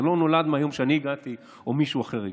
זה לא נולד מהיום שאני הגעתי או מישהו אחר הגיע.